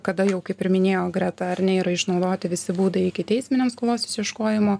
kada jau kaip ir minėjo greta ar ne yra išnaudoti visi būdai ikiteisminiam skolos išieškojimo